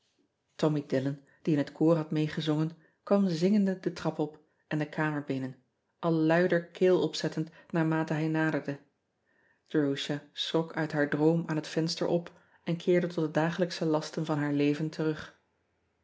ommy illon die in het koor had meegezongen kwam zingende de trap op en de kamer binnen al luider keel opzettend naarmate hij naderde erusha schrok uit haar droom aan het venster op en keerde tot de dagelijksche lasten van haar leven terug